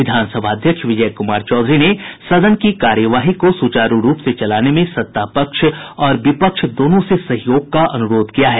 विधानसभा अध्यक्ष विजय कुमार चौधरी ने सदन की कार्यवाही को सुचारू रूप से चलाने में सत्तापक्ष और विपक्ष दोनों से सहयोग का अन्रोध किया है